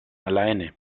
alleine